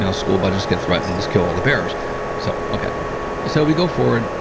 yeah school budgets get threatened thus kill all the bears so okay so we go forward.